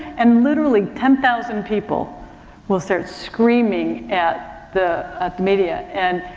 and literally ten thousand people will start screaming at the, at the media. and,